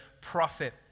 prophet